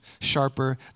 sharper